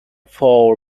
four